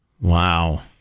Wow